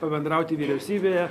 pabendrauti vyriausybėje